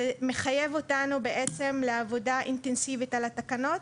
זה מחייב אותנו לעבודה אינטנסיבית על התקנות.